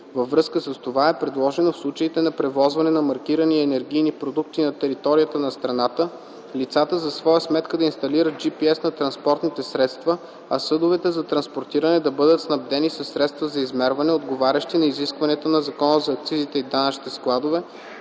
Във връзка с това е предложено в случаите на превозване на маркирани енергийни продукти на територията на страната лицата за своя сметка да инсталират GPS на транспортните средства, а съдовете за транспортиране да бъдат снабдени със средства за измерване, отговарящи на изискванията на Закона за акцизите и данъчните складове,